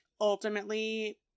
ultimately